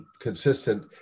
consistent